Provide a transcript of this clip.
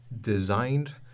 designed